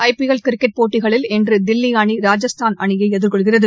ஐ P L cricket போட்டிகளில் இன்று தில்லி அணி ராஜஸ்தான் அணியை எதிர்கொள்கிறது